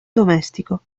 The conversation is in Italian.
domestico